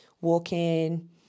walking